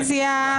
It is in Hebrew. רוויזיה.